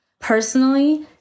personally